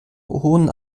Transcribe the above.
hohen